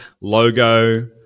logo